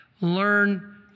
learn